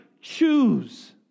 choose